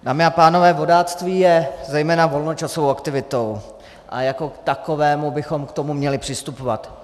Dámy a pánové, vodáctví je zejména volnočasovou aktivitou a jako k takové bychom k tomu měli přistupovat.